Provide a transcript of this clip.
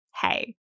hey